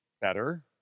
Better